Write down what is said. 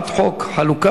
22 בעד,